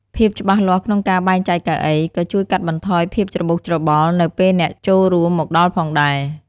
ភាពច្បាស់លាស់ក្នុងការបែងចែកកៅអី ក៏ជួយកាត់បន្ថយភាពច្របូកច្របល់នៅពេលអ្នកចូលរួមមកដល់ផងដែរ។